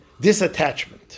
disattachment